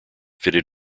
fitted